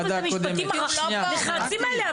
למה את אומרת אבל את המשפטים הנחרצים הללו?